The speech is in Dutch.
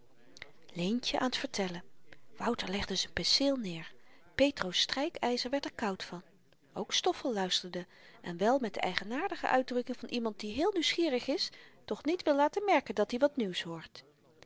leentjen aan t vertellen wouter legde z'n penseel neer petr's strykyzer werd er koud van ook stoffel luisterde en wel met de eigenaardige uitdrukking van iemand die heel nieuwsgierig is doch niet wil laten merken dat-i wat nieuws hoort